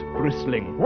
bristling